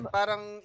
parang